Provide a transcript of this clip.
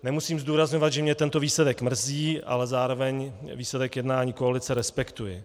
Nemusím zdůrazňovat, že mě tento výsledek mrzí, ale zároveň výsledek jednání koalice respektuji.